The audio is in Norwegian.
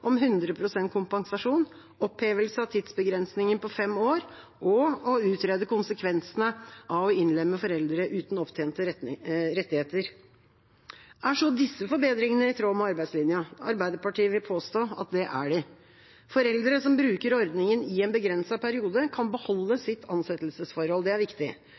og å utrede konsekvensene av å innlemme foreldre uten opptjente rettigheter. Er så disse forbedringene i tråd med arbeidslinja? Arbeiderpartiet vil påstå at det er de. Foreldre som bruker ordningen i en begrenset periode, kan beholde sitt ansettelsesforhold. Det er viktig.